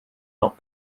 not